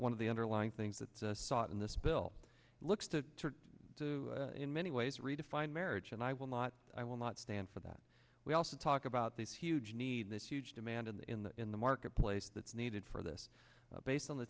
one of the underlying things that's a sought in this bill looks to do in many ways redefine marriage and i will not i will not stand for that we also talk about these huge need this huge demand in the in the in the marketplace that's needed for this based on the